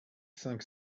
cinq